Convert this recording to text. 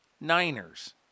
Niners